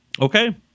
Okay